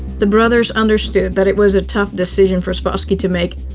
the brothers understood that it was a tough decision for spassky to make.